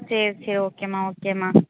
சரி சரி ஓகேம்மா ஓகேம்மா